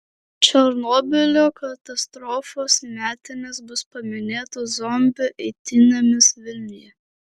černobylio katastrofos metinės bus paminėtos zombių eitynėmis vilniuje